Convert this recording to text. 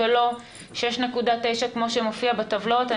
ולא 6.9% כמו שמופיע בטבלאות.